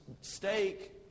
steak